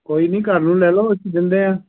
ਕੋਈ ਨਹੀਂ ਘਰ ਨੂੰ ਲੈ ਲਓ ਅਸੀਂ ਦਿੰਦੇ ਹਾਂ